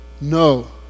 No